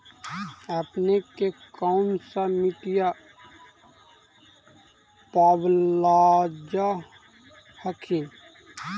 अपने के कौन सा मिट्टीया पाबल जा हखिन?